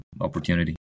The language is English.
opportunity